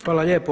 Hvala lijepo.